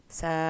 sa